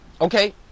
Okay